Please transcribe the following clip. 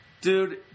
Dude